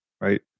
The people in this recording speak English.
right